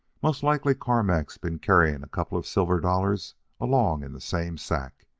most likely carmack's been carrying a couple of silver dollars along in the same sack.